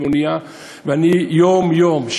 ואני יום-יום,